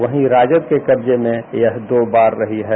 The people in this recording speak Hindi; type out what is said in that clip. वहीं राजद के कब्जे मे यह दो बार रही है